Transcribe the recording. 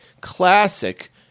classic